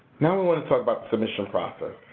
now we're going to talk about submission process.